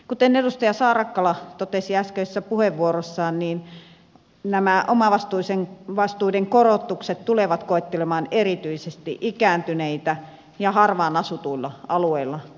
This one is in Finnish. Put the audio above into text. kuten edustaja saarakkala totesi äskeisessä puheenvuorossaan nämä omavastuiden korotukset tulevat koettelemaan erityisesti ikääntyneitä ja harvaan asutuilla alueilla asuvia